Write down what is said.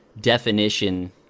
definition